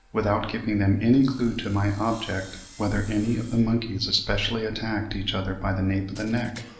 without giving them any clue to my object, whether any of the monkeys especially attacked each other by the nape of the neck,